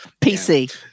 PC